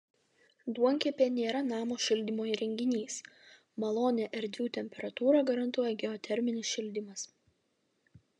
duonkepė nėra namo šildymo įrenginys malonią erdvių temperatūrą garantuoja geoterminis šildymas